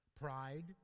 Pride